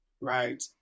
right